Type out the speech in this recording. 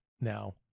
now